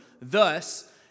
thus